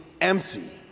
empty